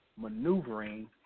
maneuvering